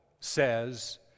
says